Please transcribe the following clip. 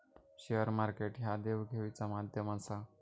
share market ह्या देवघेवीचा माध्यम आसा